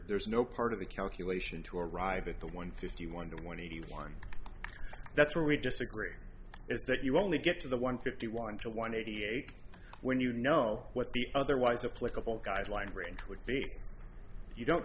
there's no part of the calculation to arrive at the one fifty one one hundred one that's where we disagree is that you only get to the one fifty one to one eighty eight when you know what the otherwise a political guideline range would be you don't